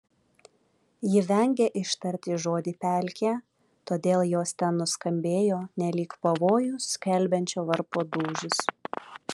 ji vengė ištarti žodį pelkė todėl jos ten nuskambėjo nelyg pavojų skelbiančio varpo dūžis